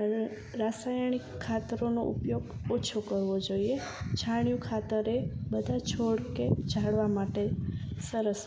અને રાસાયણિક ખાતરોનો ઉપયોગ ઓછો કરવો જોઈએ છાણીયું ખાતર એ બધા છોડ કે ઝાડવા માટે સરસ